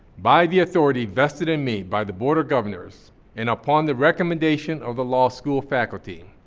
by the authority vested in me by the board of governors and upon the recommendation of the law school faculty,